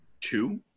two